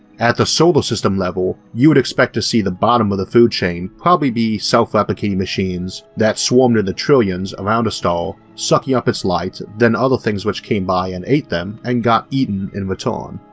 at the solar system level you would expect to see the bottom of the food chain probably be self-replicating machines that swarmed in the trillions around a star sucking up its light then other things which came by and ate them and got eaten in return.